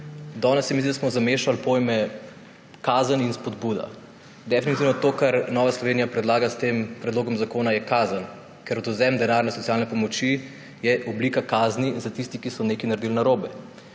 da smo zamešali pojma kazen in spodbuda. Definitivno je to, kar Nova Slovenija predlaga s tem predlogom zakona, kazen, ker je odvzem denarne socialne pomoči oblika kazni za tiste, ki so nekaj naredili narobe.